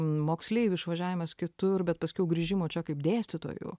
moksleivių išvažiavimas kitur bet paskiau grįžimo čia kaip dėstytojų